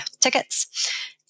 tickets